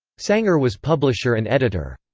sanger was publisher and editor.